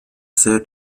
sehr